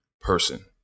person